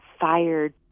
fired